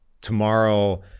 tomorrow